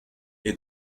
est